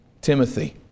Timothy